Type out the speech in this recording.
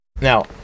Now